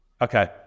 okay